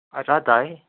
र त है